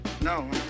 No